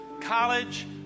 college